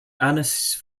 anise